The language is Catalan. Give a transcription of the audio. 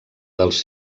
dels